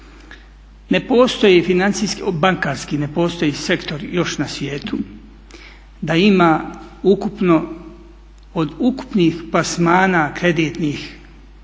ne postoji sektor još na svijetu da ima od ukupnih plasmana kreditnih